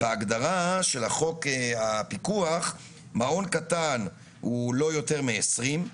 בהגדרה של החוק הפיקוח מעון קטן הוא לא יותר מ-20.